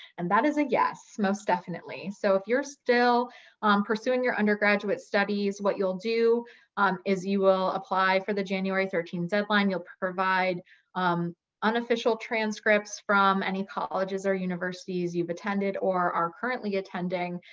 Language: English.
and that is a yes, most definitely. so if you're still pursuing your undergraduate studies, what you'll do um is you will apply for the january thirteenth deadline. you'll provide um unofficial transcripts from any colleges or universities you've attended, or are currently attending,